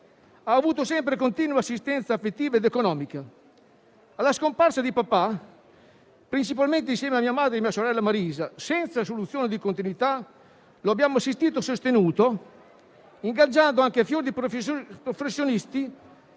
ha avuto sempre continua assistenza affettiva ed economica. Alla scomparsa di papà, principalmente insieme a mia madre e a mia sorella Marisa, senza soluzione di continuità, lo abbiamo assistito e sostenuto, ingaggiando anche fior di professionisti